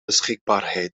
beschikbaarheid